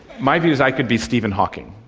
my view is i could be stephen hawking.